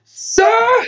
Sir